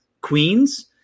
queens